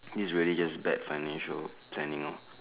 this is really just bad financial planning lor